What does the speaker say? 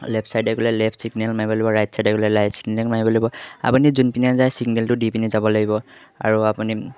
left চাইডে গ'লে left signal মাৰিব ৰাইট চাইডে গ'লে ৰাইট ছিগনেল মাৰিব লাগিব আপুনি যোন পিনে যায় ছিগনেলটো দি পিনে যাব লাগিব আৰু আপুনি